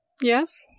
Yes